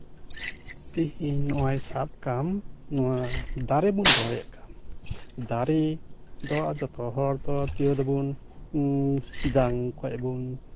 ᱛᱤᱦᱤᱧ ᱱᱚᱜᱼᱚᱭ ᱥᱟᱵ ᱠᱟᱢ ᱱᱚᱣᱟ ᱫᱟᱨᱮ ᱵᱚᱱ ᱨᱚᱦᱚᱭᱮᱫ ᱠᱟᱱ ᱫᱟᱨᱮ ᱫᱚ ᱡᱚᱛᱚ ᱦᱚᱲ ᱫᱚ ᱜᱮᱫᱟᱵᱚᱱ ᱡᱟᱝ ᱠᱷᱚᱱ ᱵᱚᱱ